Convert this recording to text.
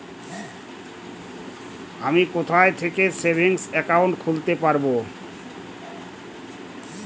আমি কোথায় থেকে সেভিংস একাউন্ট খুলতে পারবো?